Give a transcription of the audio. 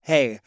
Hey